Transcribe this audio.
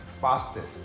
fastest